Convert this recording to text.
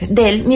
del